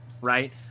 right